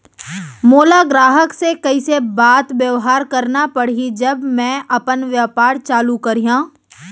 मोला ग्राहक से कइसे बात बेवहार करना पड़ही जब मैं अपन व्यापार चालू करिहा?